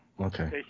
Okay